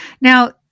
Now